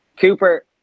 cooper